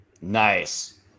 Nice